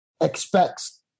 expects